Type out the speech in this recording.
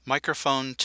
Microphone